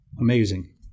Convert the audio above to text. amazing